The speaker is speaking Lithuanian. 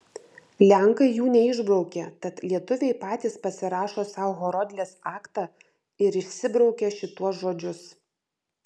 lenkai jų neišbraukė tad lietuviai patys pasirašo sau horodlės aktą ir išsibraukia šituos žodžius